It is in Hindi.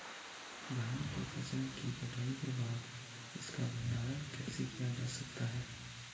धान की फसल की कटाई के बाद इसका भंडारण कैसे किया जा सकता है?